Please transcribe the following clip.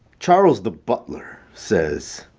charles the butler says.